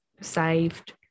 saved